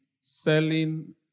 selling